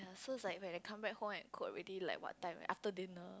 so is like when I come back home and cook already like what time after dinner